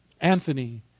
Anthony